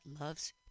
loves